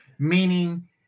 meaning